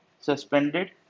suspended